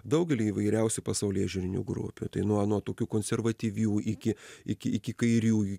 daugelį įvairiausių pasaulėžiūrinių grupių tai nuo nuo tokių konservatyvių iki iki iki kairiųjų